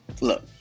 look